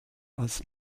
als